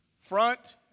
front